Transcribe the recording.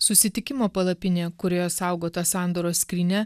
susitikimo palapinėje kurioje saugota sandoros skrynia